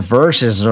verses